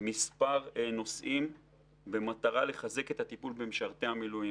מספר נושאים כדי לחזק את הטיפול במשרתי המילואים.